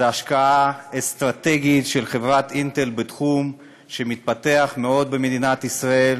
זו השקעה אסטרטגית של חברת "אינטל" בתחום שמתפתח מאוד במדינת ישראל,